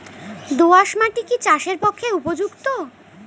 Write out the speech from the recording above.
দোআঁশ মাটি কি চাষের পক্ষে উপযুক্ত?